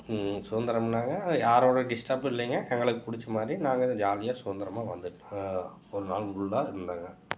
சுதந்திரம்னாங்க யாரோட டிஸ்டப்பும் இல்லைங்க எங்களுக்கு பிடிச்ச மாதிரி நாங்கள் வந்து ஜாலியாக சுதந்திரமா வந்து ஒரு நாள் ஃபுல்லாக இருந்தோங்க